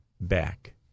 back